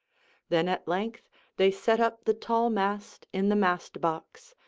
then at length they set up the tall mast in the mastbox,